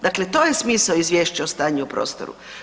Dakle, to je smisao izvješća o stanju u prostoru.